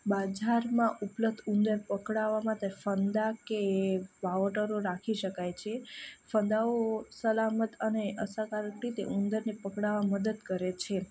બાજારમાં ઉપલબ્ધ ઉંદર પકડાવા માટે ફંદા કે વાવટરો રાખી શકાય છે ફંદાઓ સલામત અને અસરકારક રીતે ઉંદરને પકડાવામાં મદદ કરે છે